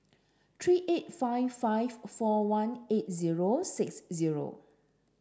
three eight five five four one eight zero six zero